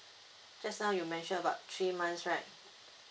just now you mentioned about three months right